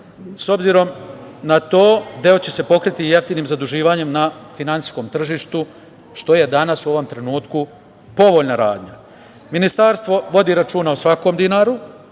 Obzirom na to, deo će se pokriti jeftinim zaduživanjem na finansijskom tržištu, što je danas u ovom trenutku povoljna radnja. Ministarstvo vodi računa o svakom dinaru.